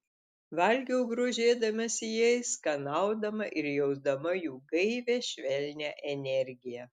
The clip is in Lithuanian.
valgiau grožėdamasi jais skanaudama ir jausdama jų gaivią švelnią energiją